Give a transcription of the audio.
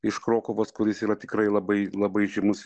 iš krokuvos kuris yra tikrai labai labai žymus